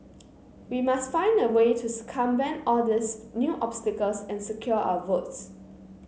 we must find a way to circumvent all these new obstacles and secure our votes